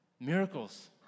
miracles